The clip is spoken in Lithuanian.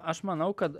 aš manau kad